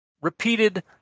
Repeated